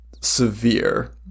severe